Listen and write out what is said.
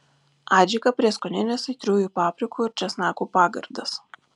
adžika prieskoninis aitriųjų paprikų ir česnakų pagardas